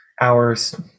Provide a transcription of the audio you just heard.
hours